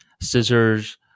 scissors